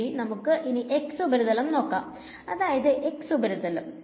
ശെരി നമുക്ക് ഇനി x ഉപരിതലം നോക്കാം അതായത് ഉപരിതലം